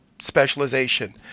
specialization